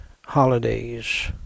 holidays